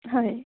হয়